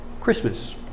Christmas